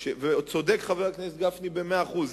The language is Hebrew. צודק חבר הכנסת גפני במאה אחוז.